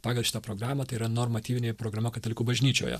pagal šitą programą tai yra normatyvinė programa katalikų bažnyčioje